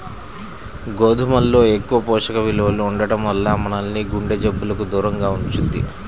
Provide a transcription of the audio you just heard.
గోధుమల్లో ఎక్కువ పోషక విలువలు ఉండటం వల్ల మనల్ని గుండె జబ్బులకు దూరంగా ఉంచుద్ది